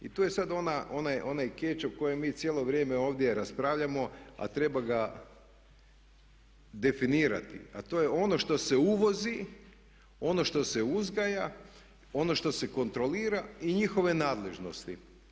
I tu je sad onaj catch o kojem mi cijelo vrijeme ovdje raspravljamo, a treba ga definirati, a to je ono što se uvozi, ono što se uzgaja, ono što se kontrolira i njihove nadležnosti.